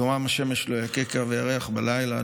יומם השמש לא יככה וירח בלילה.